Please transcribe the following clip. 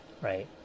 right